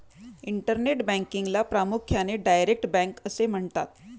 internet बँकिंगला प्रामुख्याने direct bank असे म्हणतात